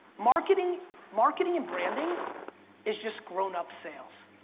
marketing marketing and branding is just grown-up sales.